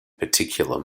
particular